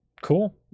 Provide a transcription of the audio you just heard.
Cool